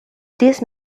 this